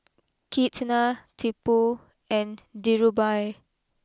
Ketna Tipu and Dhirubhai